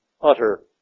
utter